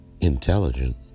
intelligent